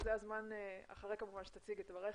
וזה הזמן אחרי כמובן שתציג את דבריך,